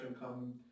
come